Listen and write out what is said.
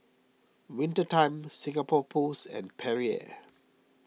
Winter Time Singapore Post and Perrier